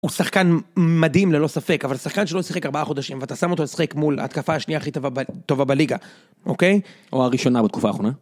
הוא שחקן מדהים ללא ספק, אבל שחקן שלא שיחק ארבעה חודשים ואתה שם אותו לשחק מול ההתקפה השנייה הכי טובה בליגה, אוקיי? או הראשונה בתקופה האחרונה.